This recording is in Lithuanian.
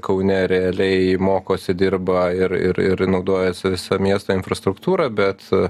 kaune realiai mokosi dirba ir ir ir naudojasi visa miesto infrastruktūra bet